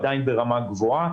עדיין ברמה גבוהה.